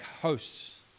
hosts